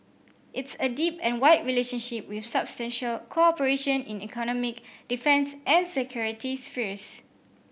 it's a deep and wide relationship with substantial cooperation in economic defence and security spheres